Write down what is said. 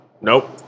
Nope